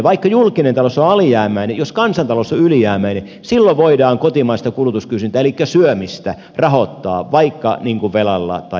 vaikka julkinen talous on alijäämäinen niin jos kansantalous on ylijäämäinen silloin voidaan kotimaista kulutuskysyntää elikkä syömistä rahoittaa vaikka velalla tai vastaavalla